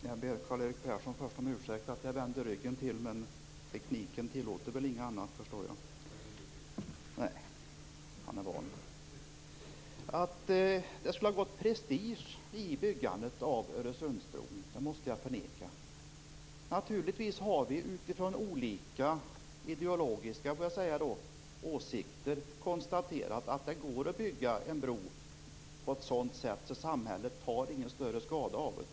Herr talman! Jag ber Karl-Erik Persson om ursäkt för att jag vänder ryggen till, men jag förstår att tekniken inte tillåter något annat. Jag måste förneka att det skulle ha gått prestige i byggandet av Öresundsbron. Vi har utifrån olika ideologiska åsikter konstaterat att det går att bygga en bro på ett sådant sätt att samhället inte tar någon större skada av det.